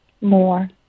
more